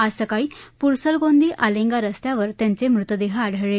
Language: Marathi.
आज सकाळी पुरसलगोंदी आलेंगा रस्त्यावर त्यांचे मृतदेह आढळले